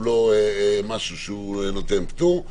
לא נותן פטור,